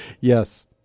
Yes